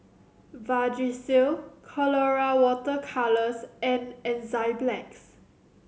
Vagisil Colora Water Colours and Enzyplex